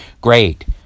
great